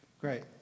Great